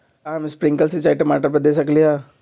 का हम स्प्रिंकल सिंचाई टमाटर पर दे सकली ह?